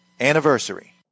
anniversary